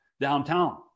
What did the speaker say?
downtown